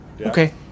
Okay